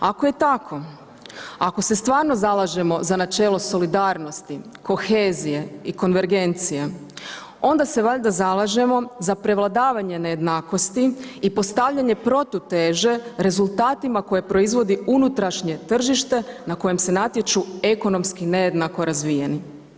Ako je tako, ako se stvarno zalažemo za načelo solidarnosti, kohezije i konvergencije onda se valjda zalažemo za prevladavanje nejednakosti i postavljanje protuteže rezultatima koje proizvodi unutrašnje tržište na kojem se natječu ekonomski nejednako razvijeni.